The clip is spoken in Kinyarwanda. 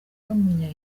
n’umunya